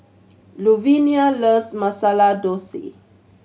Luvinia loves Masala Dosa